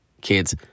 kids